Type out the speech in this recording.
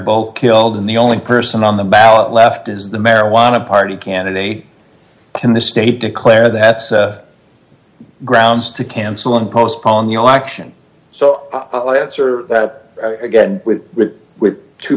both killed in the only person on the ballot left is the marijuana party candidate can the state declare that's grounds to cancel and postpone your action so i'll answer that again with with with two